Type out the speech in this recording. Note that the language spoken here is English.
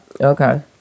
Okay